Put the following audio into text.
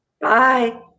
Bye